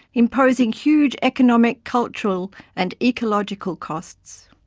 imposing huge economic, cultural and ecological costs.